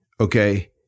okay